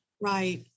Right